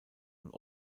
und